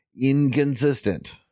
inconsistent